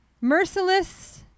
merciless